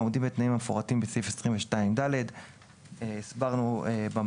העומדים בתנאים המפורטים בסעיף 22(ד); הסברנו את זה